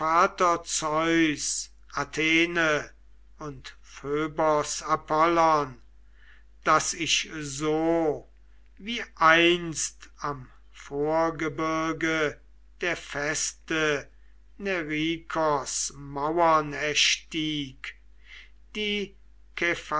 athene und phöbos apollon daß ich so wie ich einst am vorgebirge der feste nerikos mauern erstieg die